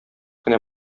кенә